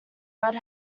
red